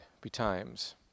betimes